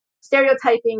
stereotyping